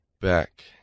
back